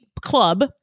club